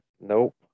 Nope